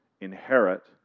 inherit